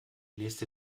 nächste